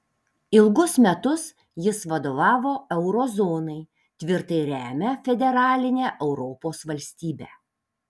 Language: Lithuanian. ilgus metus jis vadovavo euro zonai tvirtai remia federalinę europos valstybę